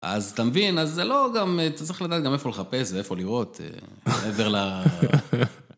אז אתה מבין, אז זה לא גם, אתה צריך לדעת גם איפה לחפש ואיפה לראות. מעבר ל...